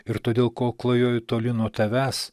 ir todėl ko klajoju toli nuo tavęs